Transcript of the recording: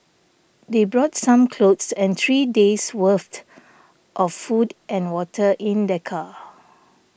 they brought some clothes and three days' worth of food and water in their car